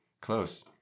Close